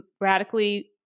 radically